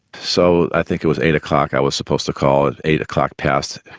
so i think it was eight o'clock i was supposed to call, if eight o'clock passed,